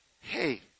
hey